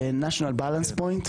National Balance Point,